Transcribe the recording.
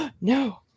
No